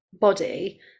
body